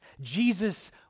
Jesus